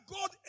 God